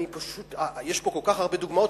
פשוט יש פה כל כך הרבה דוגמאות,